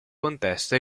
contesto